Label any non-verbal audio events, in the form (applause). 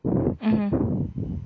(breath) mmhmm (breath)